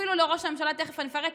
אפילו לראש הממשלה, ותכף אני אפרט.